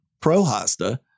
pro-hosta